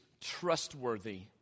trustworthy